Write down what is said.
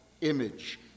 image